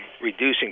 reducing